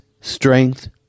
strength